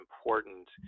important